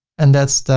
and that's